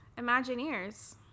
Imagineers